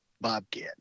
bobcat